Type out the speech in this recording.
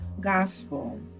Gospel